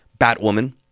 Batwoman